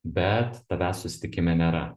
bet tavęs susitikime nėra